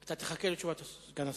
אתה תחכה לתשובת סגן השר.